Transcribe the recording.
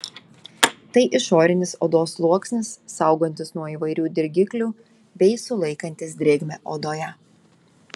tai išorinis odos sluoksnis saugantis nuo įvairių dirgiklių bei sulaikantis drėgmę odoje